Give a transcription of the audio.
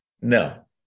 No